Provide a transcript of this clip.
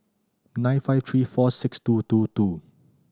nine five three four six two two two